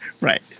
Right